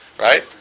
Right